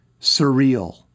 Surreal